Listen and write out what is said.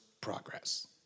Progress